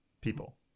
People